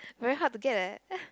very hard to get leh